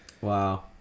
Wow